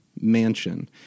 mansion